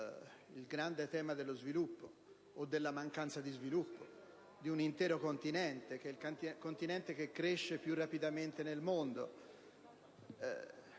il grande tema dello sviluppo, o meglio della mancanza di sviluppo di un intero continente che è quello che cresce più rapidamente nel mondo.